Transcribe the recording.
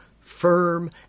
firm